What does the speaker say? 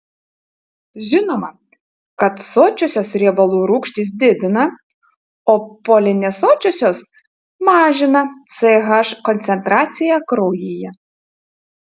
žinoma kad sočiosios riebalų rūgštys didina o polinesočiosios mažina ch koncentraciją kraujyje